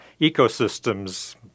ecosystems